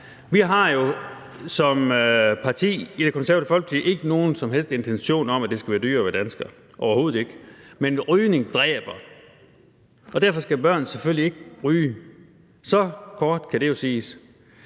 Vi har jo som parti i Det Konservative Folkeparti ikke nogen som helst intention om, at det skal være dyrere at være dansker, overhovedet ikke, men rygning dræber, og derfor skal børn selvfølgelig ikke ryge. Så kort kan det jo siges.